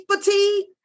fatigue